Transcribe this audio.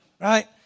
right